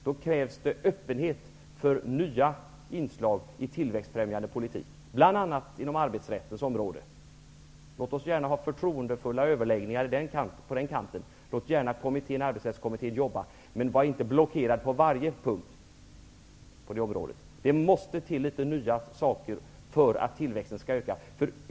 Det krävs öppenhet för nya inslag i tillväxtfrämjande politik, bl.a. inom arbetsrättens område. Låt oss gärna ha förtroendefulla överläggningar på den kanten. Låt gärna Arbetsrättskommittén jobba, men var inte blockerad på varje punkt på det området. Det måste till litet nya saker för att tillväxten skall öka.